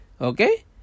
okay